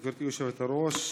גברתי היושבת-ראש.